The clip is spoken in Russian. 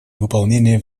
выполнения